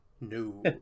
No